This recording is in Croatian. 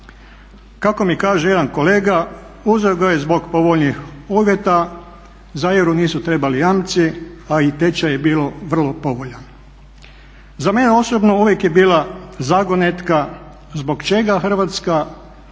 Kako mi kaže jedan kolega, uzeo ga je zbog povoljnijih uvjeta. Za euro nisu trebali jamci, a i tečaj je bio vrlo povoljan. Za mene osobno uvijek je bila zagonetka zbog čega Hrvatska